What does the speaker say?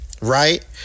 right